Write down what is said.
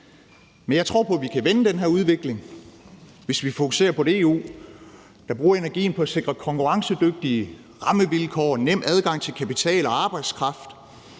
Men jeg tror på, at vi kan vende den her udvikling, hvis vi fokuserer på et EU, der bruger energien på at sikre konkurrencedygtige rammevilkår, nem adgang til kapital og arbejdskraft,